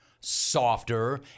softer